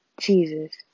Jesus